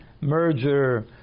merger